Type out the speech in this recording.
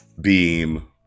beam